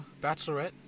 bachelorette